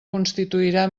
constituirà